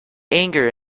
anger